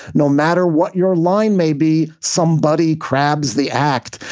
no matter what your line may be. somebody crabb's the act.